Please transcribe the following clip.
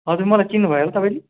हजुर मलाई चिन्नु भएन तपाईँले